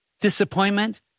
Disappointment